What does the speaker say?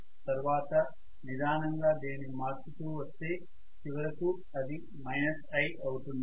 తర్వాత నిదానంగా దీనిని మార్చుతు వస్తే చివరకు అది I అవుతుంది